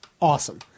awesome